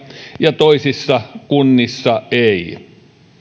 ja toisissa kunnissa ei